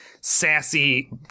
sassy